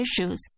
issues